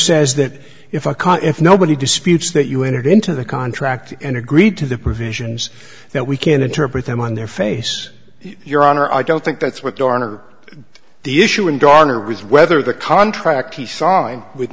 says that if a con if nobody disputes that you entered into the contract and agreed to the provisions that we can interpret them on their face your honor i don't think that's what their honor the issue in garner was whether the contract he signed with